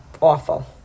awful